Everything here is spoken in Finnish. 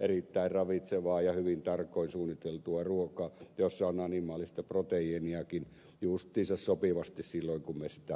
erittäin ravitsevaa ja hyvin tarkoin suunniteltua ruokaa jossa on animaalista proteiiniakin justiinsa sopivasti silloin kun me sitä haluamme